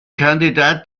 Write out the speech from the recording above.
kandidat